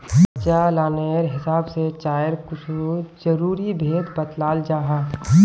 प्रचालानेर हिसाब से चायर कुछु ज़रूरी भेद बत्लाल जाहा